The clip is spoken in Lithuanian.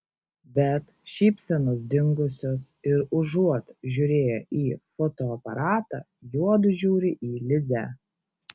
bet šypsenos dingusios ir užuot žiūrėję į fotoaparatą juodu žiūri į lizę